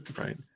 right